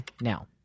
now